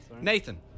Nathan